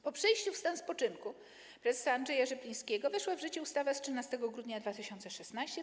Po przejściu w stan spoczynku prezesa Andrzeja Rzeplińskiego weszła w życie ustawa z dnia 13 grudnia 2016 r.